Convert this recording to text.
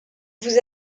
vous